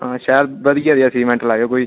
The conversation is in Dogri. शैल बधिया सीमेंट लायो कोई